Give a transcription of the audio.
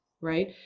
right